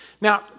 Now